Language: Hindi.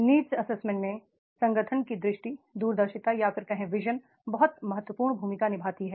नीड्स असेसमेंट में संगठन की विजन बहुत महत्वपूर्ण भूमिका निभाती है